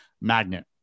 magnet